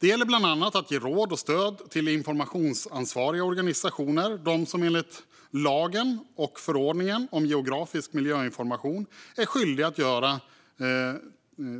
Det gäller bland annat att ge råd och stöd till informationsansvariga organisationer - de som enligt lagen och förordningen om geografisk miljöinformation är skyldiga att göra